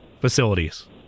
facilities